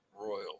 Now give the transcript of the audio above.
Royal